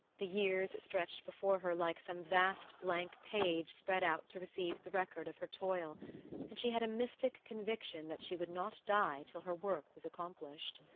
the years stretched before her like some vast blank page spread out to receive the record of her toil and she had a mystic conviction that she would not die till her work was accomplished.